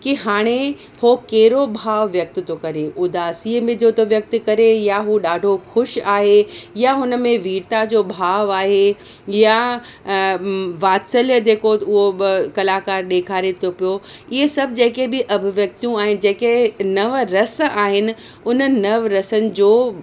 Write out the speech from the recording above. कि हाणे हू कहिड़ो भाव व्यक्त थो करे उदासीअ में जो थो व्यक्त करे या हू ॾाढो ख़ुशि आहे या हुन में वीरता जो भाव आहे या वातसल्य जेको उहो बि कलाकार ॾेखारे थो पियो इहे सभु जेके बि अभिव्यक्तूं ऐं जेके नव रस आहिनि उन नव रसनि जो